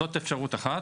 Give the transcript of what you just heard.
זאת אפשרות אחת.